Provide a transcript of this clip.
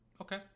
Okay